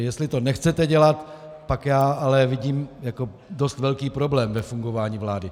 Jestli to nechcete dělat, pak já ale vidím jako dost velký problém ve fungování vlády.